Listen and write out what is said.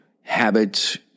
habits